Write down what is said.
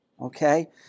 okay